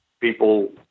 people